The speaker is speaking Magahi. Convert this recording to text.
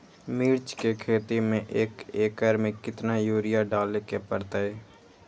मिर्च के खेती में एक एकर में कितना यूरिया डाले के परतई?